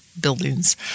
buildings